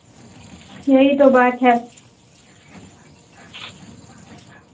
यही तो बात है